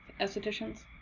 estheticians